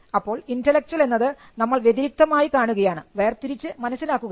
അപ്പോൾ ഇന്റെലക്ച്വൽ എന്നത് നമ്മൾ വ്യതിരിക്തമായി കാണുകയാണ് വേർതിരിച്ച് മനസ്സിലാക്കുകയാണ്